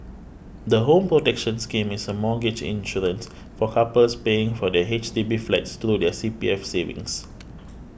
the Home Protection Scheme is a mortgage insurance for couples paying for their H D B flats through their C P F savings